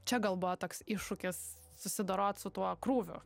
čia gal buvo toks iššūkis susidorot su tuo krūviu